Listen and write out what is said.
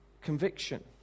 conviction